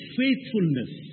faithfulness